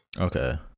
okay